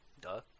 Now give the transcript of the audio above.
duh